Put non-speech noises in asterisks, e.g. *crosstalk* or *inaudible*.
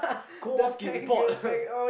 Kowalski report *laughs*